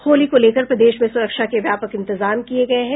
होली को लेकर प्रदेश में सुरक्षा के व्यापक इंतजाम किये गये है